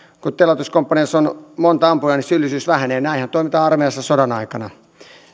kun teloituskomppaniassa on monta ampujaa niin syyllisyys vähenee näinhän toimitaan armeijassa sodan aikana